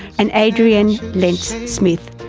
and adriane lentz-smith.